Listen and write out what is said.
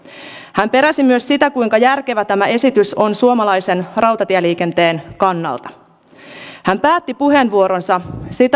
hän peräsi myös sitä kuinka järkevä tämä esitys on suomalaisen rautatieliikenteen kannalta hän päätti puheenvuoronsa